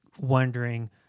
wondering